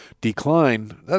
decline